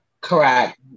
Correct